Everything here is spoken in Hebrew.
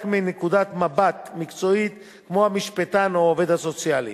מנקודת מבט מקצועית כמו המשפטן או העובד הסוציאלי.